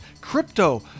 crypto